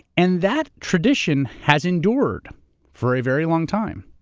and that tradition has endured for a very long time.